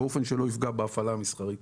"באופן שלא יפגע בהפעלה המסחרית".